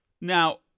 Now